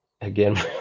again